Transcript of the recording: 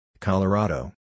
Colorado